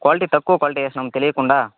quality తక్కువ quality వేసినాము తెలీకుండా